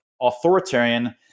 authoritarian